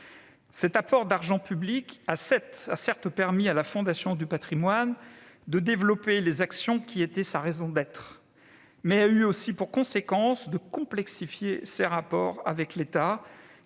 Cet apport d'argent public a certes permis à la Fondation du patrimoine de développer les actions qui étaient sa raison d'être, mais il a eu pour autre conséquence de complexifier ses rapports avec l'État,